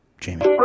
Jamie